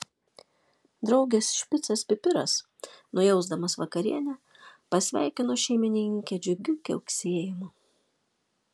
draugės špicas pipiras nujausdamas vakarienę pasveikino šeimininkę džiugiu kiauksėjimu